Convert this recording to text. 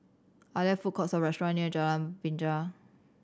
are there food courts or restaurants near Jalan Binja